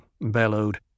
bellowed